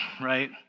right